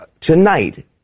tonight